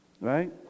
Right